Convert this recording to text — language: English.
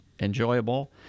enjoyable